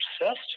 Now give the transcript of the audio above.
obsessed